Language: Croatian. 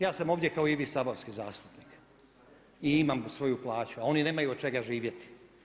Ja sam ovdje kao i vi, saborski zastupnik i imam svoju plaću, a oni nemaju od čega živjeti.